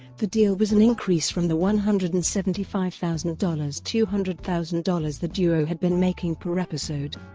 the deal was an increase from the one hundred and seventy five thousand dollars two hundred thousand dollars the duo had been making per episode.